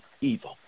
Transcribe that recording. evil